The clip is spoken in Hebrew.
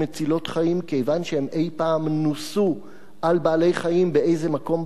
חיים כיוון שהן אי-פעם נוסו על בעלי-חיים באיזה מקום בעולם?